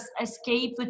escape